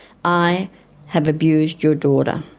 i have abused your daughter.